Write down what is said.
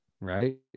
right